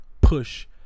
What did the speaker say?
push